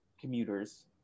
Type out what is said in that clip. commuters